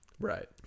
Right